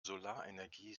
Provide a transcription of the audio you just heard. solarenergie